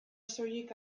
soilik